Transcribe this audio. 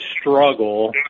struggle